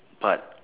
but